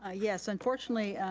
ah yes, unfortunately,